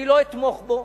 אני לא אתמוך בו.